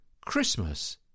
Christmas